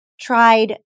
tried